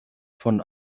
von